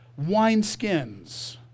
wineskins